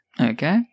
Okay